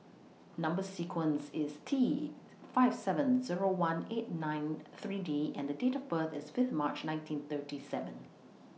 Number sequence IS T five seven Zero one eight nine three D and Date of birth IS Fifth March nineteen thirty seven